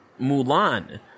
Mulan